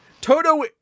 toto